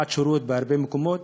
מעט שירות בהרבה מקומות,